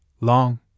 long